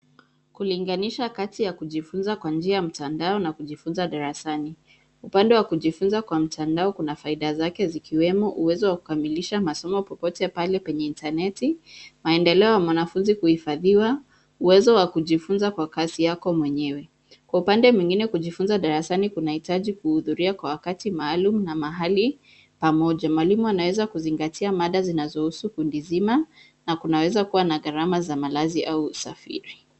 Kulinganisha kati ya kujifunza kwa njia ya mtandao na kujifunza darasani. Upande wa kujifunza kwa mtandao kuna faida zake zikiwemo: uwezo wa kukamilisha masomo popote pale penye intaneti, maendeleo ya mwanafunzi kuhifadhiwa, uwezo wa kujifunza kwa kasi yako mwenyewe. Kwa upande mwingine kujifunza darasani kunahitaji kuhudhuria kwa wakati maalum na mahali pamoja. Mwalimu anaweza kuzingatia mada zinazohusu kundi zima na kunaweza kuwa na garama za malazi au usafiri.